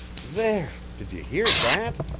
there! did you hear that?